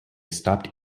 stopped